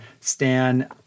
Stan